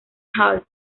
hall